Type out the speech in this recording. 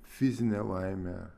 fizinė laimė